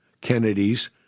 Kennedy's